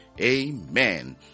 amen